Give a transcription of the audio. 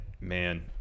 man